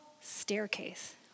staircase